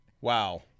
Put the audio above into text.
Wow